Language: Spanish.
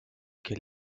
que